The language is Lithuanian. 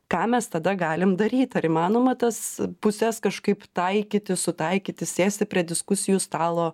ką mes tada galim daryt ar įmanoma tas puses kažkaip taikyti sutaikyti sėsti prie diskusijų stalo